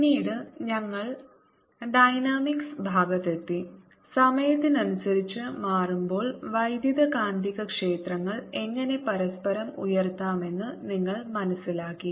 പിന്നീട് ഞങ്ങൾ ഡൈനാമിക്സ് ഭാഗത്തെത്തി സമയത്തിനനുസരിച്ച് മാറുമ്പോൾ വൈദ്യുത കാന്തികക്ഷേത്രങ്ങൾ എങ്ങനെ പരസ്പരം ഉയർത്താമെന്ന് നിങ്ങൾ മനസ്സിലാക്കി